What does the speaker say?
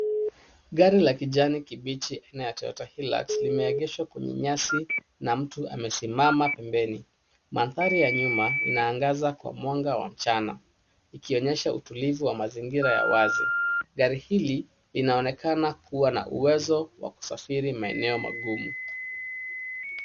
Gari la kijani kibichi aina ya Toyota Hilux Limeegeshwa kwenye nyasi na miti amesimama pempeni. mandhari ya nyuma inaangaza kwa mwanga wa mchana ikionyesha utulivu wa mazingira ya wazi. Gari hili linaonekana kuwa na uwezo wa kusafiri maeneo Magumu .